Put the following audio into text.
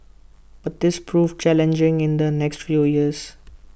but this proved challenging in the next few years